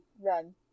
run